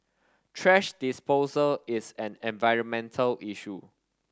thrash disposal is an environmental issue